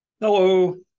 Hello